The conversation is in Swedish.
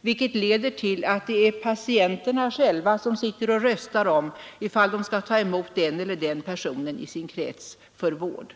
vilket leder till att det är patienterna själva som röstar om ifall de skall ta emot den eller den personen i sin krets för vård.